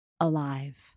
alive